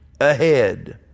ahead